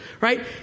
right